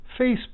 facebook